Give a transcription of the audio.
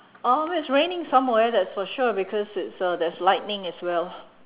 uh it's raining somewhere that's for sure because it's uh there's lightning as well